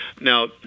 Now